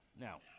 Now